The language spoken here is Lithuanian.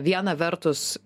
viena vertus